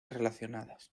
relacionadas